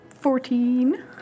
Fourteen